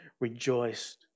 rejoiced